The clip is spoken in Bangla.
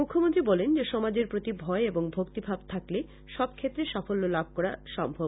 মুখ্যমন্ত্রী বলেন যে সমাজের প্রতি ভয় এবং ভক্তিভাব থাকলে সব ক্ষেত্রে সাফল্য লাভ করা সম্ভব